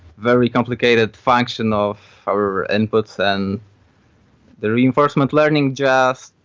very complicated function of our inputs, and the reinforcement learning just,